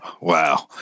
Wow